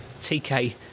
TK